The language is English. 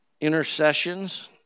Intercessions